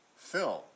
Film